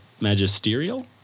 Magisterial